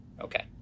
okay